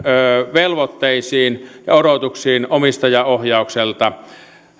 velvoitteisiin ja odotuksiin omistajaohjaukselta